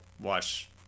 watch